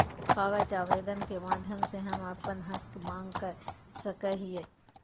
कागज आवेदन के माध्यम से हम अपन हक के मांग कर सकय हियय